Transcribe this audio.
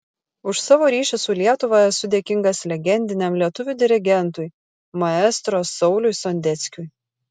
už savo ryšį su lietuva esu dėkingas legendiniam lietuvių dirigentui maestro sauliui sondeckiui